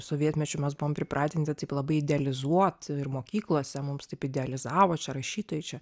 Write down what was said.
sovietmečiu mes buvom pripratinti taip labai idealizuot ir mokyklose mums taip idealizavo čia rašytojai čia